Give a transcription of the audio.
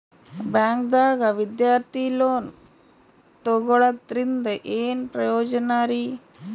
ಬ್ಯಾಂಕ್ದಾಗ ವಿದ್ಯಾರ್ಥಿ ಲೋನ್ ತೊಗೊಳದ್ರಿಂದ ಏನ್ ಪ್ರಯೋಜನ ರಿ?